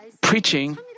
preaching